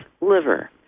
liver